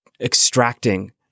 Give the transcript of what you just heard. extracting